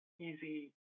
easy